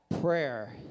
Prayer